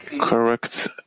correct